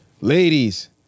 ladies